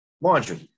laundry